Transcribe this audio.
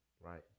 right